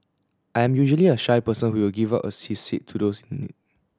I'm usually a shy person who will give up a sea seat to those in need